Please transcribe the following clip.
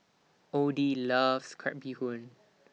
Oddie loves Crab Bee Hoon